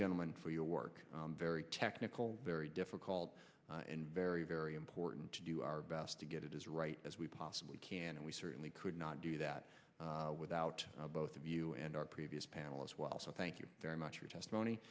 gentlemen for your work very technical very difficult and very very important to do our best to get it as right as we possibly can and we certainly could not do that without both of you and our previous panel as well so thank you very much your testimony